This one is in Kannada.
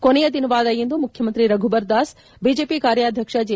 ಕೊನೆಯ ದಿನವಾದ ಇಂದು ಮುಖ್ಯಮಂತ್ರಿ ರಘುಬರ್ ದಾಸ್ ಬಿಜೆಪಿ ಕಾರ್ಯಾಧ್ಯಕ್ಷ ಜೆ